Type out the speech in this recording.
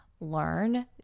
learn